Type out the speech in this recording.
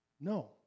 No